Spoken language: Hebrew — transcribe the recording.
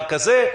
R כזה,